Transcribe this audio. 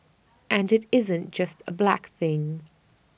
and IT isn't just A black thing